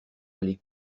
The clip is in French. aller